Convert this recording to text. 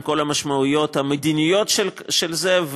עם כל המשמעויות המדיניות של זה,